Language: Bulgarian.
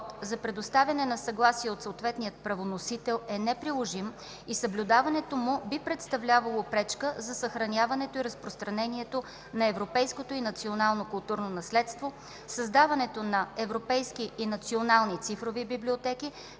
за предоставяне на съгласие от съответния правоносител е неприложим и съблюдаването му би представлявало пречка за съхраняването и разпространението на европейското и националното културно наследство, създаването на европейски и национални цифрови библиотеки,